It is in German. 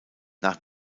nach